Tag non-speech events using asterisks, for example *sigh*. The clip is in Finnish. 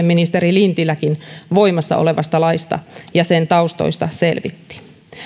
*unintelligible* ministeri lintiläkin voimassa olevasta laista ja sen taustoista selvitti